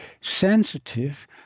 sensitive